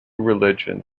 religion